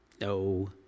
no